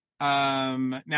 Now